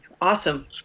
awesome